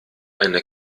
eine